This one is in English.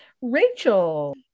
Rachel